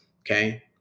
okay